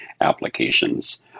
applications